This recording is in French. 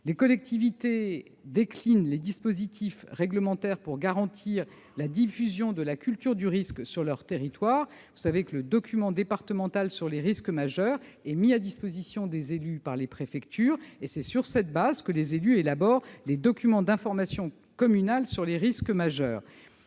Les collectivités déclinent les dispositifs réglementaires visant à garantir la diffusion de la culture du risque sur leur territoire ; vous savez que le document départemental sur les risques majeurs est mis à disposition des élus par les préfectures ; c'est sur cette base que les élus élaborent les documents d'information communaux sur les risques majeurs.